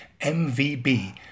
MVB